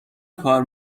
کار